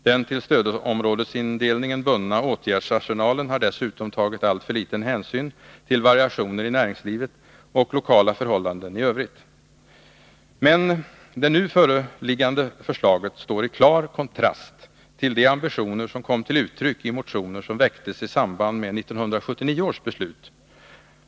Den till stödområdesindelningen bundna åtgärdsarsenalen har dessutom tagit alltför liten hänsyn till variationer i näringslivet och lokala förhållanden i övrigt. Men det nu föreliggande förslaget står i klar kontrast till de ambitioner som kom till uttryck i motioner som väcktes i samband med 1979 års beslut.